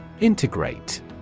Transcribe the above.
Integrate